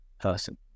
person